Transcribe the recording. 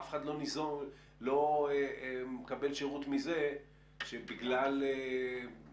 אף אחד לא מקבל שירות מזה שבגלל איזו